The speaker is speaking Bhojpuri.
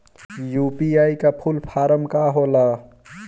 यू.पी.आई का फूल फारम का होला?